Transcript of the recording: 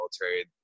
military